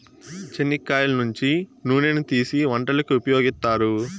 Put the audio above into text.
చెనిక్కాయల నుంచి నూనెను తీసీ వంటలకు ఉపయోగిత్తారు